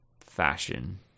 fashion